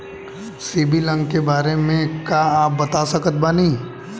CIBIL अंक के बारे मे का आप बता सकत बानी?